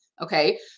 okay